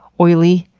oily,